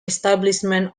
establishment